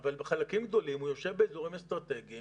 אבל בחלקים גדולים הוא יושב באזורים אסטרטגיים